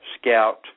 scout